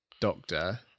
doctor